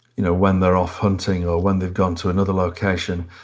you know when they're off hunting or when they've gone to another location.